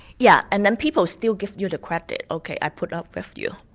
yeah and then people still give you the credit ok, i'll put up with you'.